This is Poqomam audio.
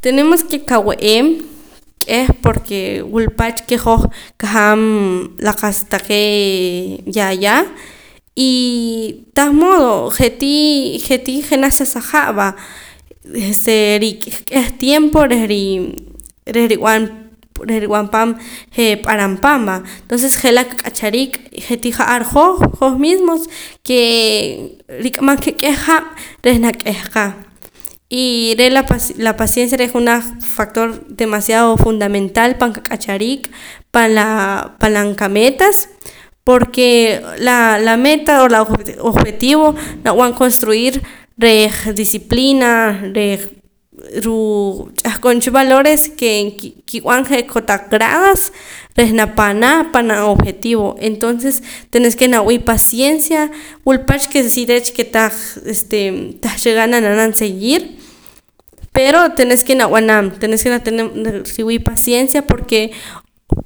Tenemos ke kawe'eem k'eh porque wul pach ke hoj qajaam la qa'sa taqee' yaya y tah modo je'tii je'tii jenaj sa sa'jaa va este rik'a k'eh tiempo reh rii reh ri rib'an paam je' p'aramp'an va tonces je'laa qak'achariik je'tii ja'ar hoj hoj mismos ke rik'amam ka k'eh haab' reh nak'eja qa y re' la paz la paciencia re' junaj factor demasiado fundamental pan qak'achariik pan la palan qametas porque la meta o la objetivo nab'an construir reh disciplinas reh ruu' ch'ahqom cha valores ke nkib'an je' kotaq gradas reh napana pan a objetivo entonces tenés ke nawii' paciencia wul pach ke si deech ke taj este tahcha ganar reh na'nam seguir pero tenés ke nab'anam tenés reh riwii' paciencia porque